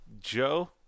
joe